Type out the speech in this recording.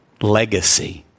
legacy